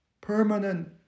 Permanent